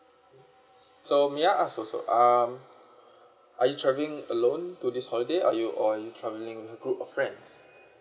so may I ask also um are you travelling alone to this holiday are you or are you travelling with a group of friends